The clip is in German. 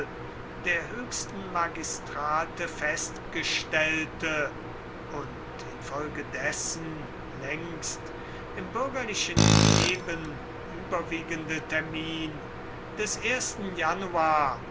der höchsten magistrate festgestellte und infolgedessen längst im bürgerlichen leben überwiegende termin des januar